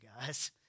guys